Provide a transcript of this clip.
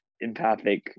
empathic